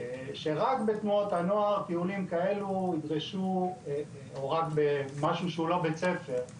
שרק בתנועות הנוער או רק במשהו שהוא לא בית ספר,